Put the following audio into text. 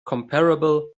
comparable